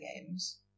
games